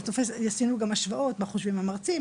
אנחנו עשינו גם השוואות מה חושבים המרצים,